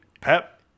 Pep –